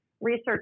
research